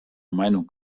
meinung